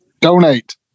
donate